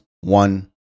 one